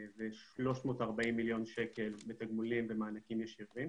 4.340 מיליון שקל בתגמולים ומענקים ישירים.